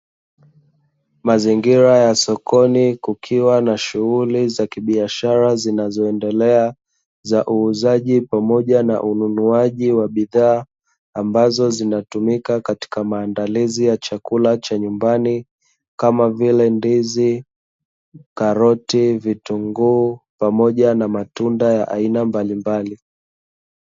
Mazingira ya sokoni kukiwa na shughuli za kibiashara zinazoendelea za uuzaji pamoja na ununuaji wa bidhaa ambazo zinatumika katika maelezi ya chakula cha nyumbani kama vile ndizi, karoti, vitunguu pamoja na matunda ya aina mbalimbali.